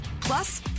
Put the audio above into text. Plus